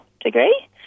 degree